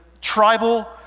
tribal